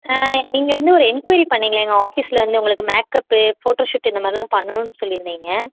நீங்கள் வந்து ஒரு என்கொயரி பண்ணிங்கள்லே எங்கள் ஆஃபீஸ்சில் வந்து உங்களுக்கு மேக்கப்பு ஃபோட்டோஷூட்டு இந்த மாதிரிலாம் பண்ணணும்னு சொல்லியிருந்தீங்க